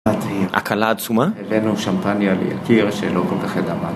הקלה עצומה? הבאנו שמפניה ליתיר שלא כל כך ידע מה זה